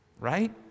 right